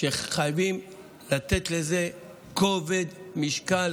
שחייבים לתת לזה כובד משקל,